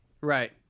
Right